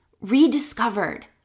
rediscovered